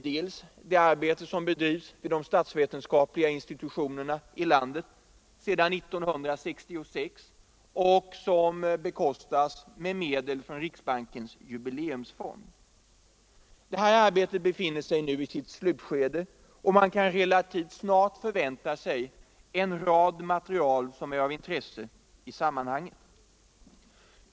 Det arbete som bedrivs vid de statsvetenskapliga institutionerna sedan 1966 och som bekostas med medel från Riksbankens jubileumsfond befinner sig nu i sitt slutskede, och man kan relativt snart förvänta sig en rad avhandlingar med material som är av intresse i sammanhanget.